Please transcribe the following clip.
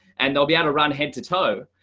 and they'll be out of run head to toe.